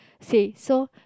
say so